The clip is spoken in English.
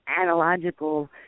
analogical